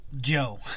Joe